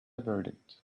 verdict